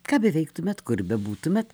ką beveiktumėt kur bebūtumėt